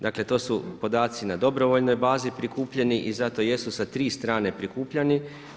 Dakle to su podaci na dobrovoljnoj bazi prikupljeni i zato jesu sa tri strane prikupljani.